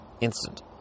Instant